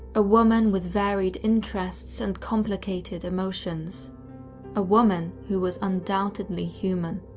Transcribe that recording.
a woman with varied interests and complicated emotions a woman who was undoubtedly human.